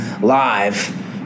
live